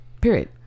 period